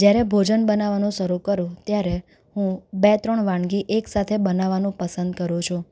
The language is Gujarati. જ્યારે ભોજન બનાવાનું શરૂ કરું ત્યારે હું બે ત્રણ વાનગી એકસાથે બનાવાનું પસંદ કરું છું